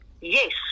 Yes